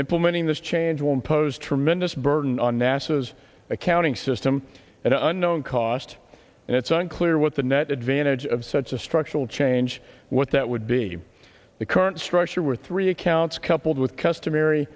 implementing this change will impose tremendous burden on nasa's accounting system and unknown cost and it's unclear what the net advantage of such a structural change what that would be the current structure were three accounts coupled with customary